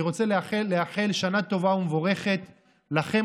אני רוצה לאחל שנה טובה ומבורכת לכם,